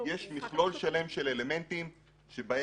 יש מכלול שלם של אלמנטים שבהם